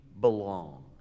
belong